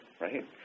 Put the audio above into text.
right